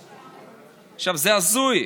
עכשיו, זה הזוי.